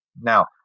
Now